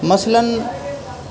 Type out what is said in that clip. مثلاً